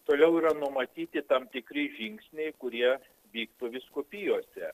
toliau yra numatyti tam tikri žingsniai kurie vyktų vyskupijose